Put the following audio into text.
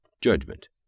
judgment